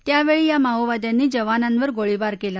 त्यावेळी या माओवाद्यांनी जवानांवर गोळीबार केला